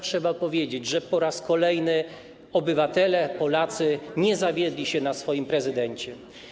Trzeba jasno powiedzieć, że po raz kolejny obywatele, Polacy nie zawiedli się na swoim prezydencie.